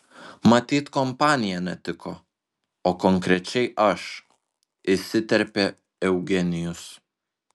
matyt kompanija netiko o konkrečiai aš įsiterpė eugenijus